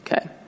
Okay